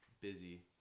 busy